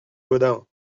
gaudin